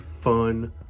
fun